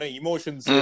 emotions